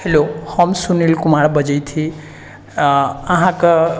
hello हम सुनील कुमार बजै छी आओर अहाँके